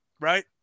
right